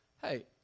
hey